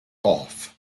off